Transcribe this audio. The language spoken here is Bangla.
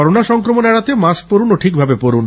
করোনা সংক্রমণ এড়াতে মাস্ক পরুন ও ঠিকভাবে পরুন